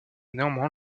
néanmoins